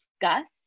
discuss